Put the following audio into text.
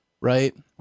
right